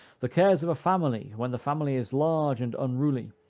the cares of a family, when the family is large and unruly,